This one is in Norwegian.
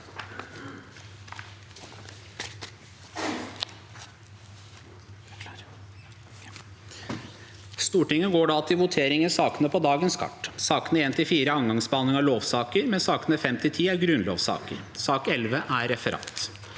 Stortinget går da til votering over sakene på dagens kart. Sakene nr. 1–4 er andre gangs behandling av lover, mens sakene nr. 5–10 er grunnlovssaker. Sak nr. 11 er referat.